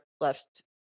left